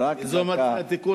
אם זה אומר תיקון חוק,